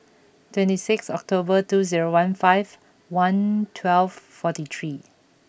twenty six October two zero one five one twelve forty three